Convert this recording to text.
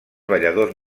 balladors